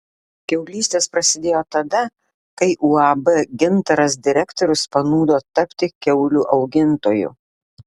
kiaulystės prasidėjo tada kai uab gintaras direktorius panūdo tapti kiaulių augintoju